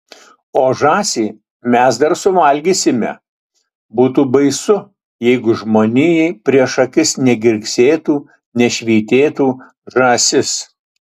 o žąsį mes dar suvalgysime būtų baisu jeigu žmonijai prieš akis negirgsėtų nešvytėtų žąsis